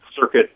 circuit